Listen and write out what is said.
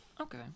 okay